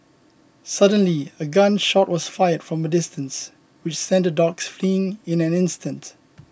suddenly a gun shot was fired from a distance which sent the dogs fleeing in an instant